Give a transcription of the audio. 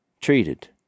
treated